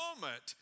moment